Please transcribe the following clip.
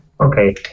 Okay